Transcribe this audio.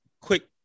quick